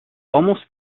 almost